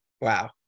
Wow